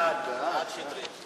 ההסתייגות השנייה של